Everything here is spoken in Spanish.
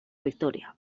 victoria